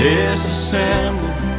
Disassembled